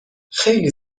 خیلی